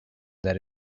that